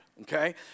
okay